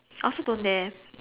I also don't dare